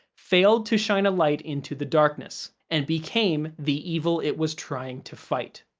failed to shine a light into the darkness, and became the evil it was trying to fight.